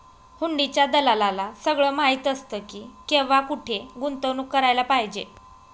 हुंडीच्या दलालाला सगळं माहीत असतं की, केव्हा आणि कुठे गुंतवणूक करायला पाहिजे